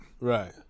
Right